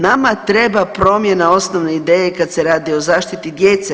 Nama treba promjena osnovne ideje kad se radi o zaštiti djece.